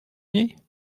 nuit